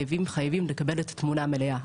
חייבים לקבל את התמונה המלאה.